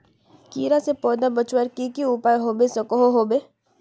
कीड़ा से पौधा बचवार की की उपाय होबे सकोहो होबे?